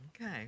Okay